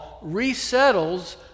resettles